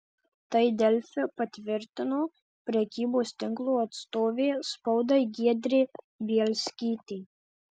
tai delfi patvirtino prekybos tinklo atstovė spaudai giedrė bielskytė